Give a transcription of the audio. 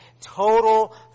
Total